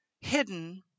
hidden